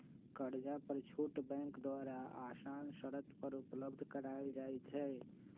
कर्जा पर छुट बैंक द्वारा असान शरत पर उपलब्ध करायल जाइ छइ